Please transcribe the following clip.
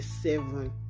seven